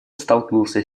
столкнулся